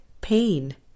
pain